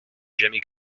jimmy